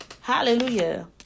Hallelujah